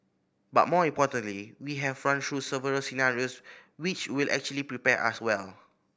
but more importantly we have run through several scenarios which will actually prepare us well